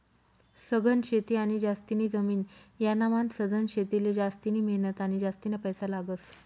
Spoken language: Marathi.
सघन शेती आणि जास्तीनी जमीन यानामान सधन शेतीले जास्तिनी मेहनत आणि जास्तीना पैसा लागस